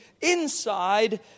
inside